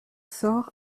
sort